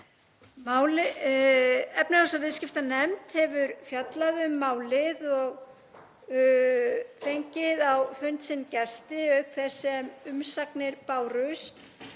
Efnahags- og viðskiptanefnd hefur fjallað um málið og fengið á fund sinn gesti auk þess sem umsagnir bárust